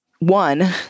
One